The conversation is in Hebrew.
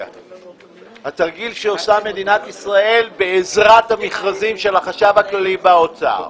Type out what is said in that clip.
התרגיל שעושה מדינת ישראל בעזרת המכרזים של החשב הכללי באוצר,